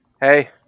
Hey